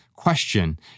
question